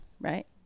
right